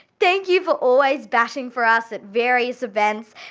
thank you for always batting for us at various events,